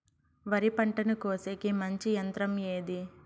వరి పంటను కోసేకి మంచి యంత్రం ఏది?